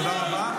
תודה רבה.